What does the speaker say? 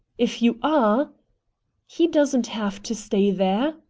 if you are he doesn't have to stay there,